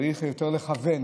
צריך יותר לכוון.